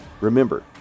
Remember